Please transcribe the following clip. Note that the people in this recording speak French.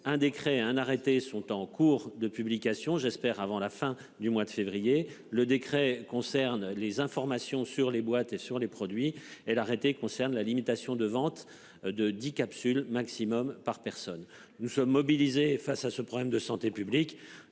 un décret, un arrêté sont en cours de publication j'espère avant la fin du mois de février le décret concerne les informations sur les boîtes et sur les produits et arrêté concerne la limitation de vente de 10 capsules maximum par personne. Nous sommes mobilisés face à ce problème de santé publique